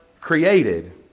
created